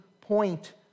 point